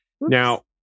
Now